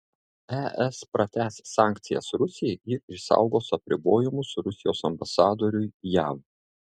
es pratęs sankcijas rusijai ir išsaugos apribojimus rusijos ambasadoriui jav